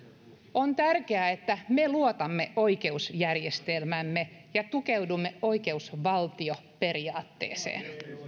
on tärkeää että me luotamme oikeusjärjestelmäämme ja tukeudumme oikeusvaltioperiaatteeseen